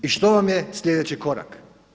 I što vam je slijedeći korak?